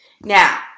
Now